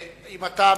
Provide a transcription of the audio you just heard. אם אתה מבקש,